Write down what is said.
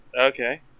Okay